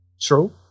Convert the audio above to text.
True